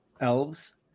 elves